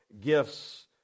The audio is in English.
gifts